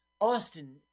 Austin